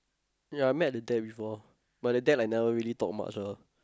ya I met the dad before but the dad like never really talk much lah